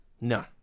no